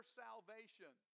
salvation